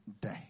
day